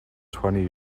twenty